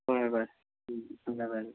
ꯍꯣꯏ ꯍꯣꯏ ꯚꯥꯏ ꯎꯝ ꯊꯝꯃꯦ ꯚꯥꯏ